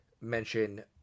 mention